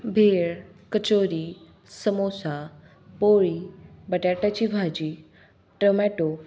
भेळ कचोरी समोसा पोळी बटाट्याची भाजी टमॅटो